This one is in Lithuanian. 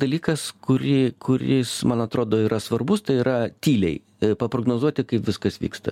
dalykas kurį kuris man atrodo yra svarbus tai yra tyliai paprognozuoti kaip viskas vyksta